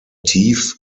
tief